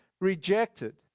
rejected